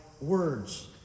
words